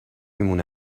مونه